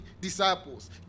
disciples